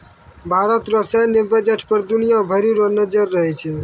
भारत रो सैन्य बजट पर दुनिया भरी रो नजर रहै छै